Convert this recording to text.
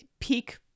peak